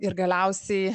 ir galiausiai